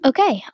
Okay